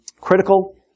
critical